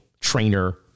trainer